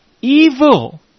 evil